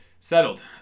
Settled